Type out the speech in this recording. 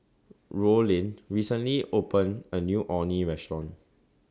Rollin recently opened A New Orh Nee Restaurant